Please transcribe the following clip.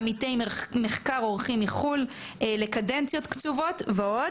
עמיתי מחקר אורחים מחו"ל לקדנציות קצובות ועוד.